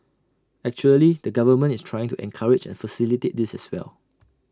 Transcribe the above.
actually the government is trying to encourage and facilitate this as well